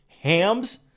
Hams